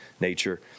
nature